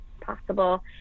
possible